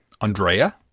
Andrea